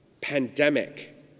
pandemic